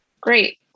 Great